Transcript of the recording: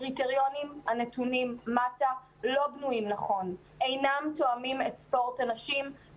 הקריטריונים הנתונים מטה לא בנויים נכון ואינם תואמים את ספורט הנשים.